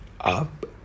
up